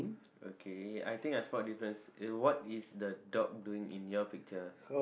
okay I think I spot a difference uh what is the dog doing in your picture